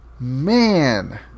man